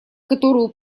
которую